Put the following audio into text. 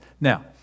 Now